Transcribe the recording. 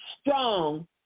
strong